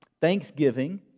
Thanksgiving